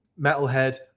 Metalhead